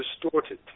distorted